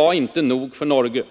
han, ”inte nog för Norge”.